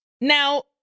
Now